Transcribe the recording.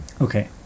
Okay